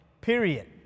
period